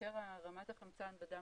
כאשר רמת החמצן בדם